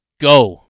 go